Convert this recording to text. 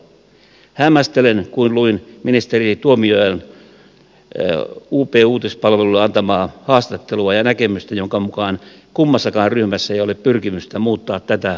hämmästelin kun luin ministeri tuomiojan up uutispalvelulle antamaa haastattelua ja näkemystä jonka mukaan kummassakaan ryhmässä ei ole pyrkimystä muuttaa tätä asetelmaa